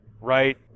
right